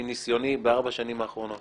מניסיוני בארבע השנים האחרונות